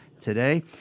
today